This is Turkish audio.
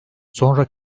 sonra